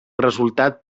resultat